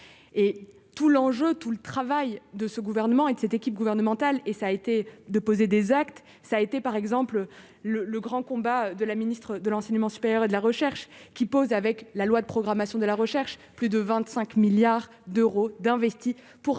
et tout l'enjeu, tout le travail de ce gouvernement et cette équipe gouvernementale et ça a été de poser des actes, ça a été par exemple le le grand combat de la ministre de l'enseignement supérieur et de la recherche qui pose avec la loi de programmation de la recherche, plus de 25 milliards d'euros d'investis pour garantir